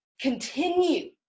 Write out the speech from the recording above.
continue